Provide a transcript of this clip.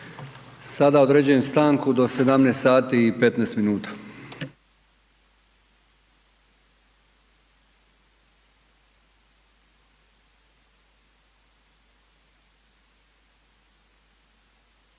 Sada određujem stanku do 17 sati i 15 minuta.